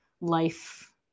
life